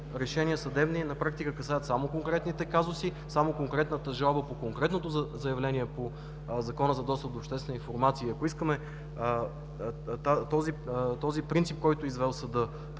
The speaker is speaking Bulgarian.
решения на практика касаят само конкретните казуси, само конкретната жалба по конкретното заявление по Закона за достъп до обществената информация. Ако искаме този принцип, който е извел съдът,